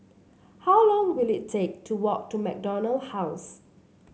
how long will it take to walk to MacDonald House